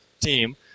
team